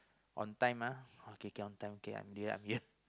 on time ah okay can on time okay I'm here I'm here